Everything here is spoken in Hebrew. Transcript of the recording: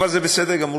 אבל זה בסדר גמור,